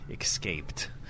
escaped